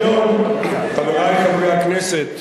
היום, חברי חברי הכנסת,